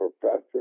Professor